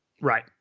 Right